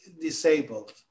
disabled